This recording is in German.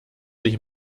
sich